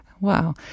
Wow